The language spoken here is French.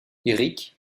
eric